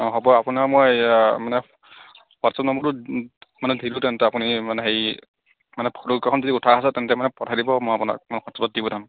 হ'ব আপোনাৰ মই এইয়া মানে হোৱাটছআপ নম্বৰটো মানে দিলোহেঁতেন তাৰ আপুনি মানে হেৰি মানে ফ'টোকেইখন যদি উঠা আছে তেন্তে মানে পঠাই দিব মই আপোনাক হোৱাটছআপত দি পঠাম